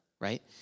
right